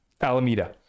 Alameda